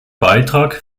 beitrag